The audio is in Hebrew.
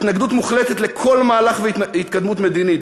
התנגדות מוחלטת לכל מהלך והתקדמות מדינית,